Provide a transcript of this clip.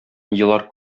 елар